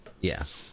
Yes